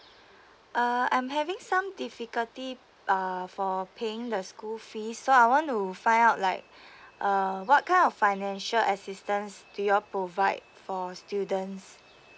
uh I am having some difficulty err for paying the school fees so I want to find out like uh what kind of financial assistances do you all provide for students